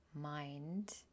mind